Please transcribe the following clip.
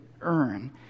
earn